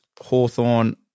Hawthorne